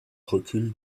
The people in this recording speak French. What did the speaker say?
recul